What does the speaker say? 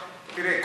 תראה,